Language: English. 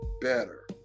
better